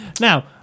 Now